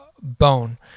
bone